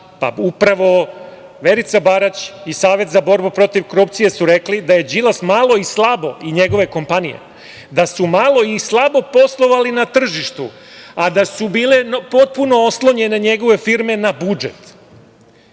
Upravo Verica Barać i Savet za borbu protiv korupcije su rekli da Đilas i njegove kompanije su malo i slabo poslovali na tržištu, a da su bile potpuno oslonjene njegove firme na budžet. Dragan